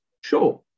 Sure